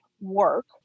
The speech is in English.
work